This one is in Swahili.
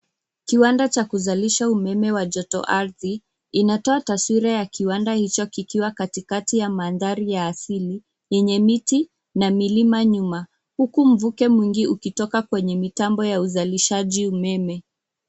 Kiwanda cha kuzalisha umeme wa joto ardhi, inatoa taswira ya kiwanda hicho kikiwa katikati ya mandhari ya asili, yenye miti na milima nyuma, huku mvuke mwingi ukitoka kwenye mitambo ya uzalishaji umeme.